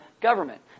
Government